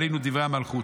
ועלינו דברי המלכות.